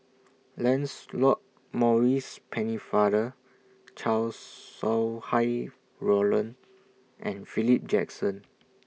Lancelot Maurice Pennefather Chow Sau Hai Roland and Philip Jackson